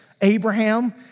Abraham